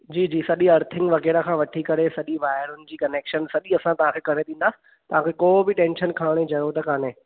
जी जी सॼी अर्थींग वग़ैरह खां वठी करे सॼी वायरनि जी कनेक्शन सॼी असां तव्हां खे करे ॾींदासीं तव्हां खे को बि टेंशन खणण जी ज़रूरत कोन्हे